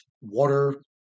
water